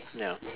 ya